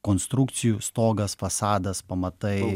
konstrukcijų stogas fasadas pamatai